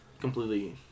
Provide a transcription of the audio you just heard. completely